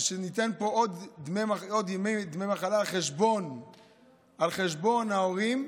שניתן עוד ימי מחלה על חשבון ההורים,